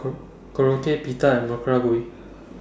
Korokke Pita and Gui